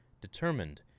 determined